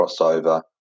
crossover